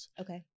Okay